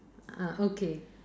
ah okay